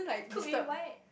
cook with what